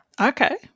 Okay